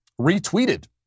retweeted